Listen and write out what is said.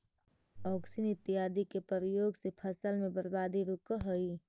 auxin इत्यादि के प्रयोग से फसल के बर्बादी रुकऽ हई